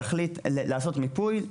לעשות מיפוי,